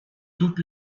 tout